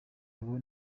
abo